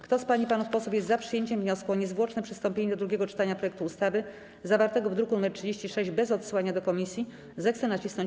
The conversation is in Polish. Kto z pań i panów posłów jest za przyjęciem wniosku o niezwłoczne przystąpienie do drugiego czytania projektu ustawy zawartego w druku nr 36, bez odsyłania do komisji, zechce nacisnąć